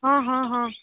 ହଁ ହଁ ହଁ